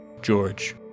George